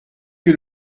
que